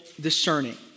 discerning